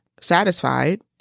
satisfied